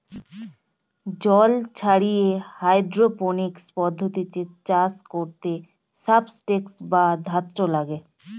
জল ছাড়িয়ে হাইড্রোপনিক্স পদ্ধতিতে চাষ করতে সাবস্ট্রেট বা ধাত্র লাগে